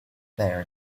their